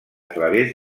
través